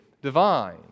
divine